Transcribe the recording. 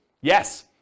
Yes